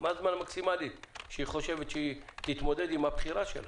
מה הזמן המקסימלי שהיא חושבת שהיא תתמודד עם הבחירה שלה?